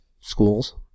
schools